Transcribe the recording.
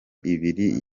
ibiri